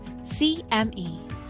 CME